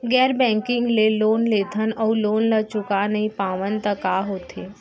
गैर बैंकिंग ले लोन लेथन अऊ लोन ल चुका नहीं पावन त का होथे?